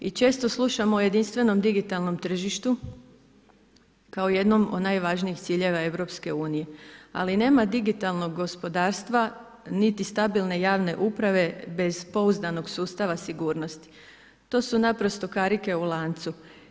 I često slušamo o jedinstvenom digitalnom tržištu kao jednom od najvažnijih ciljeva EU, ali nema digitalnog gospodarstva niti stabilne javne uprave bez pouzdanog sustava sigurnosti, to su naprosto karike u lancu.